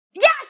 Yes